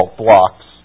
blocks